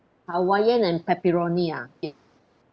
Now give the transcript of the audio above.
hawaiian and pepperoni ah okay